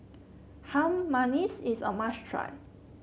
Harum Manis is a must try